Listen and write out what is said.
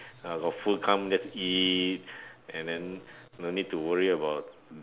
ah got food come just eat and then no need to worry about